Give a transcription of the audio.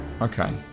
Okay